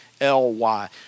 L-Y